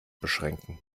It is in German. beschränken